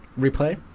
Replay